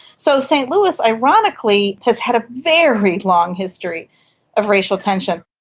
so st louis ironically has had a very long history of racial tension.